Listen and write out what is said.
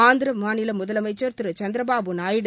ஆந்திர மாநில முதலமைச்சர் திரு சந்திரபாபு நாயுடு